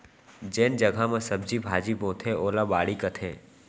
जेन जघा म सब्जी भाजी बोथें ओला बाड़ी कथें